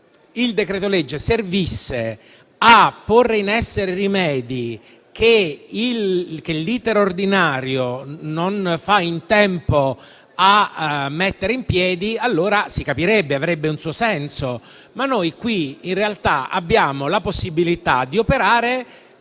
il decreto-legge servisse a porre in essere rimedi che l'*iter* ordinario non fa in tempo a mettere in piedi, allora si capirebbe e avrebbe un suo senso. In questo caso, però, in realtà abbiamo la possibilità di operare